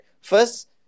First